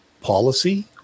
policy